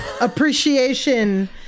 appreciation